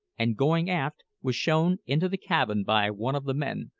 and going aft, was shown into the cabin by one of the men,